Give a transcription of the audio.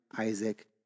Isaac